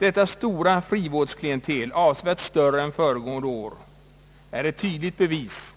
Detta stora frivårdsklientel, avsevärt större än föregående år, är ett tydligt bevis